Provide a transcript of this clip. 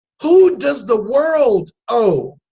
who does the world owe?